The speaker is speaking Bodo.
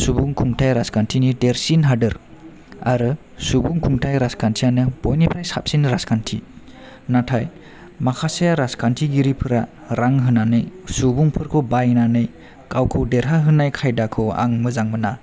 सुबुं खुंथाय राजखान्थिनि देरसिन हादोर आरो सुबुं खुथाय राजखान्थियानो बयनिख्रुय साबसिन राजखान्थि नाथाय माखासे राजखान्थिगिरिफोरा रां होनानै सुबुंफोरखौ बायनानै गावखौ देरहा होनाय खायदाखौ आं मोजां मोना